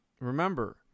Remember